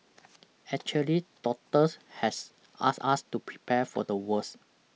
actually doctors has asked us to prepare for the worst